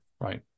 right